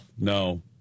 no